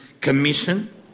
Commission